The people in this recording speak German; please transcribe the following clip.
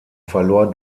verlor